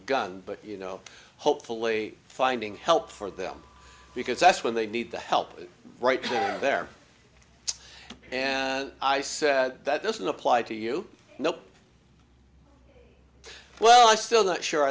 gun but you know hopefully finding help for them because that's when they need the help right there and i said that doesn't apply to you know well i still not sure